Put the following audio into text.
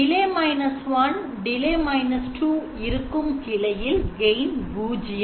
Delay 1 delay 2 இருக்கும் கிளையில் gain 0